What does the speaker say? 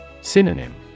Synonym